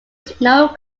snow